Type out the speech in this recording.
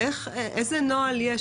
איזה נוהל יש,